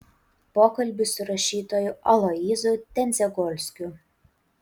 pokalbis su rašytoju aloyzu tendzegolskiu